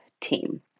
team